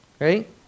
right